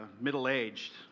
middle-aged